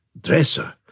dresser